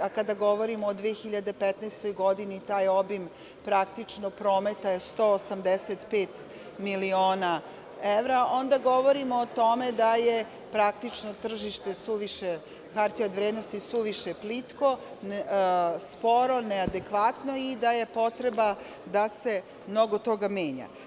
a kada govorimo o 2015. godini taj obim praktično prometa je 185 miliona evra, onda govorimo o tome da je tržište hartija od vrednosti suviše plitko, sporo, neadekvatno i da je potreba da se mnogo toga menja.